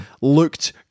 looked